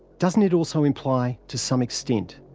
doesn't it also imply, to some extent,